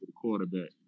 quarterback